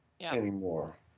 anymore